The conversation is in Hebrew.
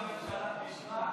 אם יקרה לו משהו,